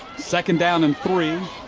second down and three.